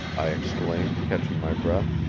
i exclaimed, catching my breath.